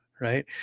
right